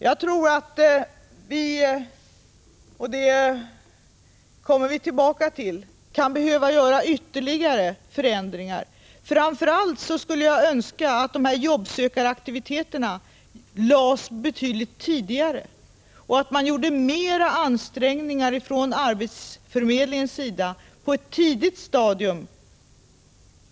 Jag tror — och den saken kommer vi tillbaka till — att det kan behövas ytterligare förändringar. Framför allt skulle jag önska att jobbsökaraktiviteterna kom in betydligt tidigare i bilden och att arbetsförmedlingen gjorde större ansträngningar på ett tidigt stadium.